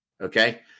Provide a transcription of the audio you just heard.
Okay